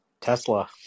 Tesla